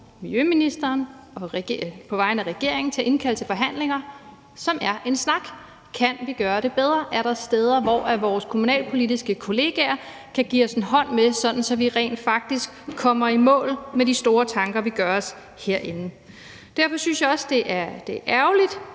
miljøministeren til på vegne af regeringen at indkalde til forhandlinger, som er en snak om, om vi kan gøre det bedre, og om der er steder, hvor vores kommunalpolitiske kollegaer kan give os en hånd med, sådan at vi rent faktisk kommer i mål med de store tanker, vi gør os herinde. Derfor synes jeg også, at det er ærgerligt,